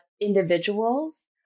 individuals